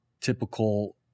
typical